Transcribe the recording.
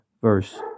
verse